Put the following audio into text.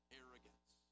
arrogance